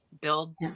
build